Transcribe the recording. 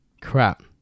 crap